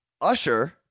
Usher